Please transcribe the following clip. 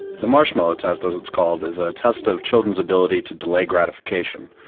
the marshmallow test, as it's called, is a test of children's ability to delay gratification.